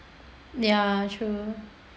ya true